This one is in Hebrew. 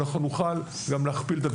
ואז אנחנו נוכל גם להכפיל את הביטחון.